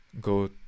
go